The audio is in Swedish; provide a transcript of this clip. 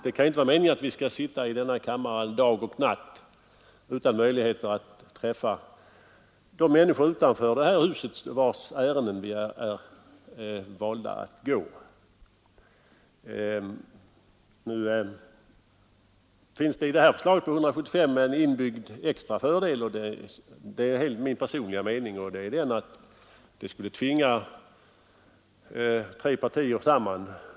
Det kan ju inte vara meningen att vi skall sitta i denna kammare dag och natt utan möjligheter att träffa de människor utanför det här huset vilkas ärenden vi är valda att gå. I förslaget om 175 ledamöter finns det en inbyggd extra fördel, enligt min personliga mening, och det är att det skulle tvinga tre partier samman.